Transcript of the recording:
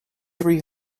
every